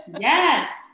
yes